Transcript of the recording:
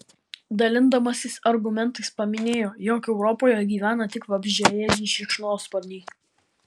dalindamasis argumentais paminėjo jog europoje gyvena tik vabzdžiaėdžiai šikšnosparniai